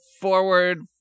forward